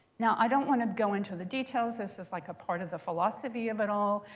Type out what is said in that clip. now, i don't want to go into the details. this is like a part of the philosophy of it all.